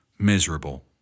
Miserable